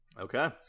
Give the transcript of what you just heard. Okay